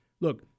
Look